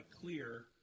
Clear